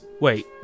Wait